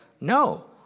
No